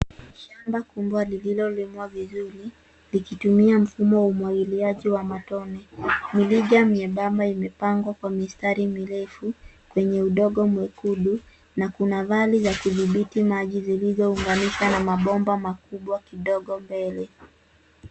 Shamba kubwa lililolimwa vizuri likitumia mfumo wa umwangiliaji wa matone. Mirija myembamba imepangwa kwa mistari mirefu kwenye udongo mwekundu na kuna vali za kudhibiti maji zilizounganishwa na mabomba makubwa kidogo mbele.